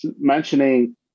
Mentioning